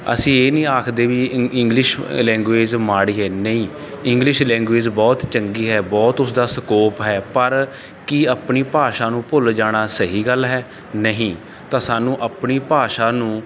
ਅਸੀਂ ਇਹ ਨਹੀਂ ਆਖਦੇ ਵੀ ਇੰ ਇੰਗਲਿਸ਼ ਲੈਂਗੁਏਜ ਮਾੜੀ ਹੈ ਨਹੀਂ ਇੰਗਲਿਸ਼ ਲੈਂਗੁਏਜ ਬਹੁਤ ਚੰਗੀ ਹੈ ਬਹੁਤ ਉਸਦਾ ਸਕੋਪ ਹੈ ਪਰ ਕੀ ਆਪਣੀ ਭਾਸ਼ਾ ਨੂੰ ਭੁੱਲ ਜਾਣਾ ਸਹੀ ਗੱਲ ਹੈ ਨਹੀਂ ਤਾਂ ਸਾਨੂੰ ਆਪਣੀ ਭਾਸ਼ਾ ਨੂੰ